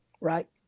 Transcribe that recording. right